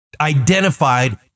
identified